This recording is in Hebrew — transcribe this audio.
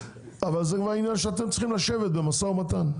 אבל זה כבר עניין שאתם צריכים לשבת למשא ומתן,